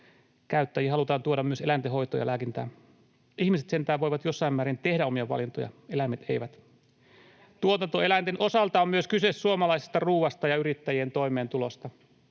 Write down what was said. käyttäjiin halutaan tuoda myös eläintenhoitoon ja lääkintään. Ihmiset sentään voivat jossain määrin tehdä omia valintoja, eläimet eivät. [Jenna Simulan välihuuto] Tuotantoeläinten osalta on myös kyse suomalaisesta ruuasta ja yrittäjien toimeentulosta.